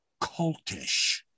cultish